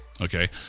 Okay